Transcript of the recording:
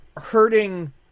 hurting